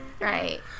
right